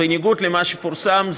בניגוד למה שפורסם,